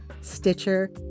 Stitcher